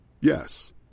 Yes